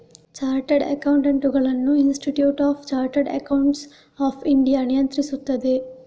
chartered ಅಕೌಂಟೆಂಟುಗಳನ್ನು institute of chartered accountants of India ನಿಯಂತ್ರಿಸುತ್ತದೆ